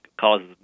causes